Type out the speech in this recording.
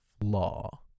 flaw